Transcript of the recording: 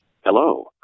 Hello